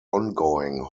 ongoing